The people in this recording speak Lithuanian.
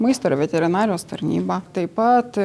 maisto ir veterinarijos tarnyba taip pat